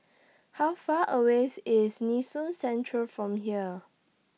How Far away IS Nee Soon Central from here